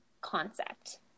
concept